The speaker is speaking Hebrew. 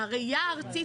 והראייה הארצית,